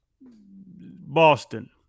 Boston